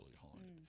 haunted